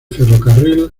ferrocarril